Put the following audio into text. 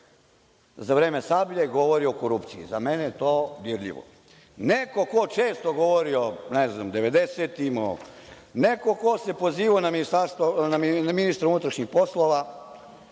za vreme „Sablje“ govori o korupciji. Za mene je to dirljivo. Neko ko često govori o, ne znam, devedesetim, neko ko se pozivao na ministra unutrašnjih poslova,